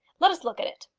let us look at it.